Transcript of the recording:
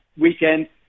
weekend